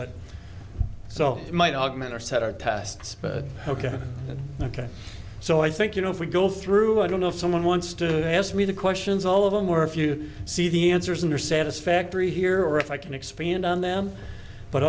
but so it might augment or set or tests ok ok so i think you know if we go through i don't know if someone wants to ask me the questions all of them were if you see the answers and are satisfactory here or if i can expand on them but